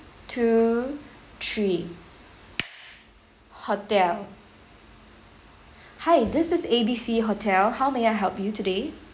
two three hotel hi this is A B C hotel how may I help you today